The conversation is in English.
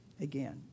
again